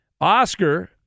Oscar